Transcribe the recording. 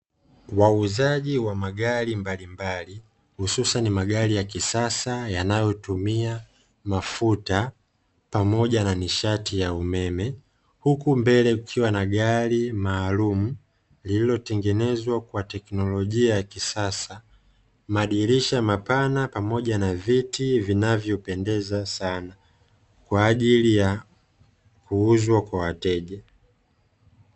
Wauzaji wa magari mbalimbali ususani magari ya kisasa yanayotumia mafuta pamoja na nishati ya umeme, huku mbele kukiwa na gari maalum lililotengenezwa kwa teknolojia ya kisasa madirisha mapana pamoja na viti vinavyopendeza sana kwa ajili ya kuuzwa kwa wateja.